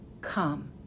come